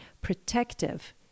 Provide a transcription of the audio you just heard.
protective